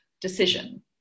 decision